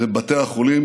ובבתי החולים.